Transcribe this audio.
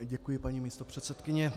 Děkuji, paní místopředsedkyně.